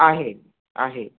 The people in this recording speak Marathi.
आहे आहे